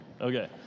Okay